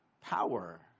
power